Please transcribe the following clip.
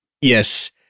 Yes